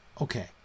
Okay